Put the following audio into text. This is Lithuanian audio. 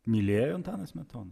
mylėjo antaną smetoną